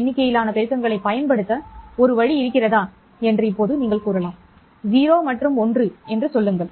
எண்ணிக்கையிலான பெருக்கங்களைப் பயன்படுத்த ஒரு வழி இருக்கிறதா என்று இப்போது நீங்கள் கூறலாம் 0 மற்றும் 1 என்று சொல்லுங்கள்